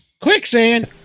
quicksand